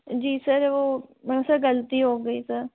जी sir वह sir गलती हो गई सर